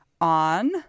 on